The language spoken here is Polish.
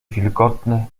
wilgotne